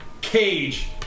cage